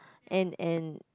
and and